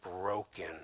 broken